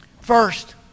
First